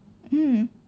mm